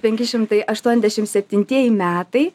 penki šimtai aštuoniasdešim septintieji metai